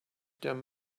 them